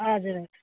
हजुर